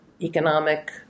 economic